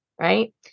Right